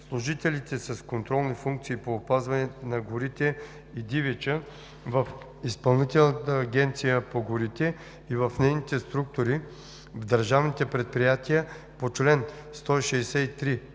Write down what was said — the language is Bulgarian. служителите с контролни функции по опазване на горите и дивеча в Изпълнителната агенция по горите и в нейните структури, в държавните предприятия по чл. 163